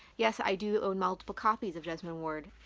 yes, i do own multiple copies of jesmyn ward.